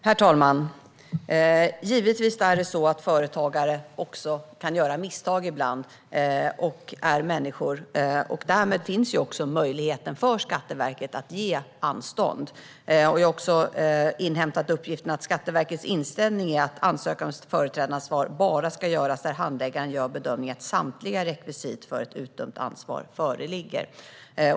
Herr talman! Givetvis kan också företagare göra misstag ibland, och de är människor. Därmed finns möjligheten för Skatteverket att ge anstånd. Jag har också inhämtat uppgiften att Skatteverkets inställning är att ansökan om företrädaransvar bara ska göras när handläggaren gör bedömningen att samtliga rekvisit för ett utdömt ansvar föreligger.